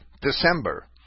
December